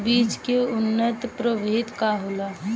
बीज के उन्नत प्रभेद का होला?